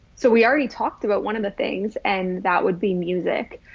so we already talked about one of the things and that would be music.